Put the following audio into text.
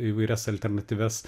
įvairias alternatyvias